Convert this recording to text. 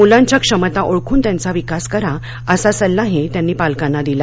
मुलांच्या क्षमता ओळखून त्यांचा विकास करा असा सल्लाही त्यांनी पालकांना दिला